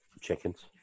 chickens